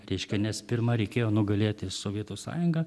reiškia nes pirma reikėjo nugalėti sovietų sąjungą